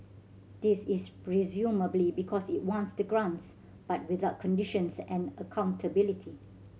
this is presumably because it wants the grants but without conditions and accountability